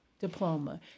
diploma